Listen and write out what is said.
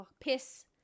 Piss